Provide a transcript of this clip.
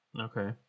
Okay